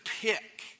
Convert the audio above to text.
pick